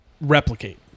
replicate